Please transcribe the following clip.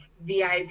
VIP